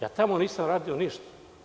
Ja tamo nisam radio ništa.